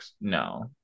No